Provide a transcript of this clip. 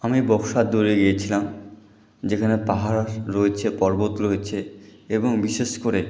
আমি বক্সার দুয়ারে গিয়েছিলাম যেখানে পাহাড় রয়েছে পর্বত রয়েছে এবং বিশেষ করে